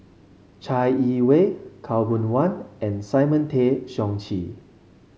Chai Yee Wei Khaw Boon Wan and Simon Tay Seong Chee